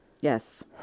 Yes